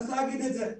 צריך להגיד את זה.